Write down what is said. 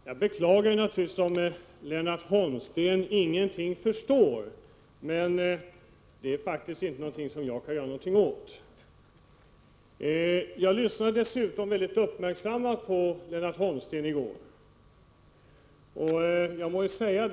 Herr talman! Jag beklagar naturligtvis att Lennart Holmsten ingenting förstår, men det kan jag inte göra någonting åt. Jag lyssnade dessutom mycket uppmärksamt på Lennart Holmsten i går, och jag må säga